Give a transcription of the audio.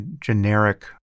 generic